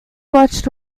watched